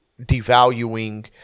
devaluing